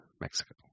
Mexico